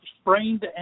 sprained